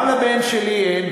גם לבן שלי אין,